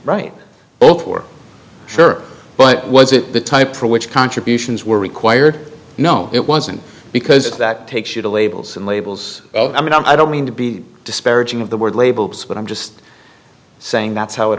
right both for sure but was it the type for which contributions were required no it wasn't because that takes you to labels and labels i mean i don't mean to be disparaging of the word labels but i'm just saying that's how it